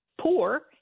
poor